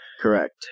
Correct